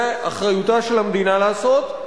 זו אחריותה של המדינה לעשות,